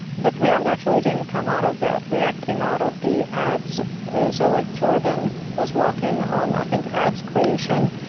but react actually didn't come out of that. react came out of the ads so like jordan was walking on i think ads creation.